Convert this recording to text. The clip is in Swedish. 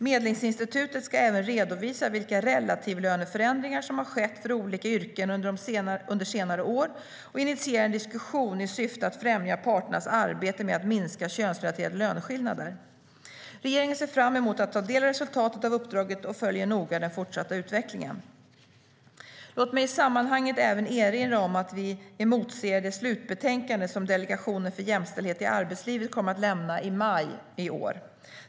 Medlingsinstitutet ska även redovisa vilka relativlöneförändringar som har skett för olika yrken under senare år och initiera en diskussion i syfte att främja parternas arbete med att minska könsrelaterade löneskillnader. Regeringen ser fram emot att ta del av resultatet av uppdraget och följer noga den fortsatta utvecklingen. Låt mig i sammanhanget även erinra om att vi emotser det slutbetänkande som Delegationen för jämställdhet i arbetslivet kommer att lämna i maj i år.